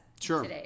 Sure